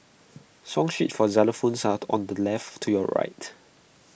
song sheets for xylophones are on the left to your right